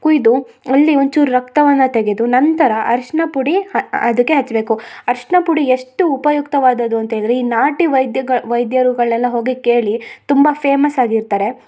ಕುಯ್ದು ಅಲ್ಲಿ ಒಂಚೂರು ರಕ್ತವನ ತೆಗೆದು ನಂತರ ಅರಿಶಿನ ಪುಡಿ ಹ ಅದಕೆ ಹಚ್ಬೇಕು ಅರಿಶಿನ ಪುಡಿ ಎಷ್ಟು ಉಪಯುಕ್ತವಾದದು ಅಂತ ಹೇಳಿದ್ರೆ ಈ ನಾಟಿ ವೈದ್ಯಗಳ ವೈದ್ಯರುಗಳೆಲ್ಲ ಹೋಗಿ ಕೇಳಿ ತುಂಬಾ ಫೇಮಸ್ ಆಗಿರ್ತಾರೆ